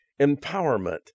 empowerment